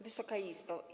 Wysoka Izbo!